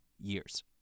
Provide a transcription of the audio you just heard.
years